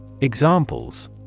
Examples